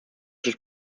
sus